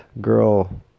girl